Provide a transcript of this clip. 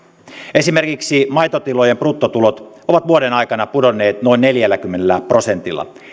esimerkiksi maitotilojen bruttotulot ovat vuoden aikana pudonneet noin neljälläkymmenellä prosentilla